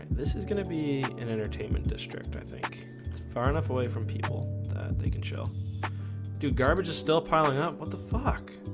this is gonna be an entertainment district. i think far enough away from people show do garbage is still piling up? what the fuck?